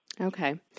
Okay